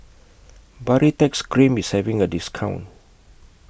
Baritex Cream IS having A discount